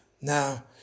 Now